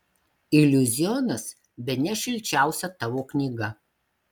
iliuzionas bene šilčiausia tavo knyga